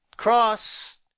cross